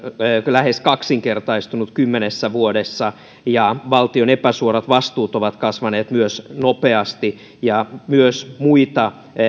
lähes kaksinkertaistunut kymmenessä vuodessa ja valtion epäsuorat vastuut ovat myös kasvaneet nopeasti myös muita